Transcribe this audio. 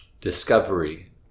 discovery